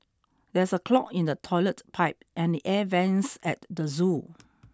there is a clog in the toilet pipe and the air vents at the zoo